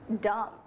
dumb